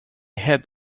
head